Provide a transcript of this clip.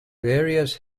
various